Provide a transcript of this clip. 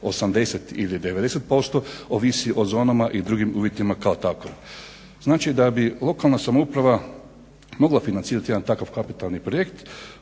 80 ili 90% ovisi o zonama i drugim uvjetima kao takvo. Znači da bi lokalna samouprava mogla financirati jedan takav kapitalni projekt